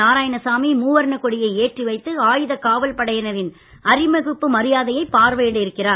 நாராயணசாமி மூவர்ணக் கொடியை ஏற்றி வைத்து ஆயுதக் காவல் படையினரின் அணிவகுப்பு மரியாதையைப் பார்வையிட இருக்கிறார்